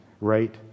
right